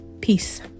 peace